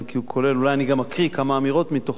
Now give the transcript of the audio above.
אולי אני גם אקריא כמה אמירות מתוכו,